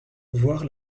voir